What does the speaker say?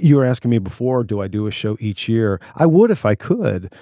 you were asking me before do i do a show each year. i would if i could.